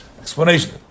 Explanation